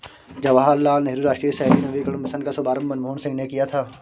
जवाहर लाल नेहरू राष्ट्रीय शहरी नवीकरण मिशन का शुभारम्भ मनमोहन सिंह ने किया था